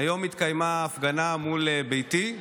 היום התקיימה הפגנה מול ביתי,